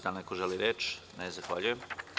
Da li neko želi reč? (Ne) Zahvaljujem.